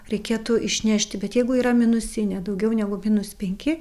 reikėtų išnešti bet jeigu yra minusinė daugiau negu minus penki